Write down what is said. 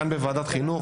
כאן בוועדת החינוך,